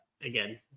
again